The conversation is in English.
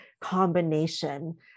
combination